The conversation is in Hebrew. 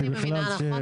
אם אני מבינה נכון,